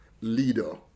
leader